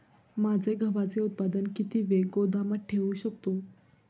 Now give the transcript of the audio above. माझे गव्हाचे उत्पादन किती वेळ गोदामात ठेवू शकतो?